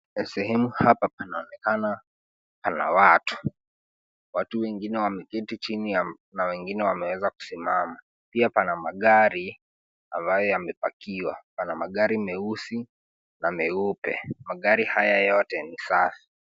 Sehemu hapa pana onekana alawat . Watu wengine wameketi chini na wengine wame eza kusimama pia kuna magari ambayo yame pakiwa, pana magari meusi na meupe. Magari haya yote ni safi.